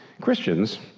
Christians